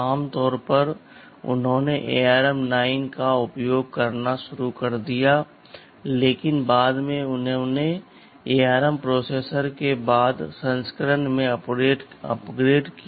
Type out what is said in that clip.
आमतौर पर उन्होंने ARM 9 का उपयोग करना शुरू कर दिया लेकिन बाद में उन्होंने ARM प्रोसेसर के बाद के संस्करण में अपग्रेड किया